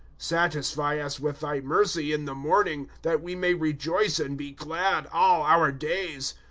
satisfy us with thy mercy in the morning. that we may rejoice and be glad, all our days.